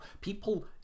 People